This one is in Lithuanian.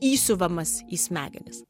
įsiuvamas į smegenis